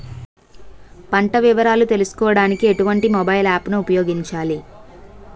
పంట వివరాలు తెలుసుకోడానికి ఎటువంటి మొబైల్ యాప్ ను ఉపయోగించాలి?